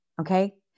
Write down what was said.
okay